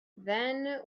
then